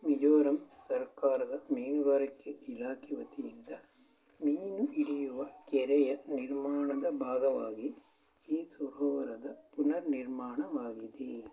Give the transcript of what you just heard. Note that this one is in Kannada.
ಮಿಜೋರಮ್ ಸರ್ಕಾರದ ಮೀನುಗಾರಿಕೆ ಇಲಾಖೆ ವತಿಯಿಂದ ಮೀನು ಹಿಡಿಯುವ ಕೆರೆಯ ನಿರ್ಮಾಣದ ಭಾಗವಾಗಿ ಈ ಸರೋವರದ ಪುನರ್ ನಿರ್ಮಾಣವಾಗಿದೆ